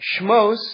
Shmos